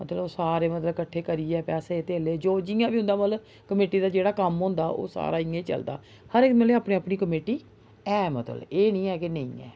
मतलब सारे मतलब किट्ठे करियै पैसे धेल्ले जो बी जि'यां बी होंदा ऐ मतलब कमेटी दा जेह्डा कम्म होंदा ऐ ओह् सारा इ'यां गै चलदा हर इक दी मतलब अपनी अपनी कमेटी ऐ मतलब एह् निं ऐ कि नेईं ऐ